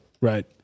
Right